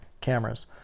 cameras